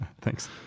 thanks